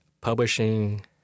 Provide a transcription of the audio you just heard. publishing